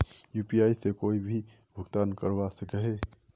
UPI से कोई भी भुगतान करवा सकोहो ही?